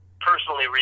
personally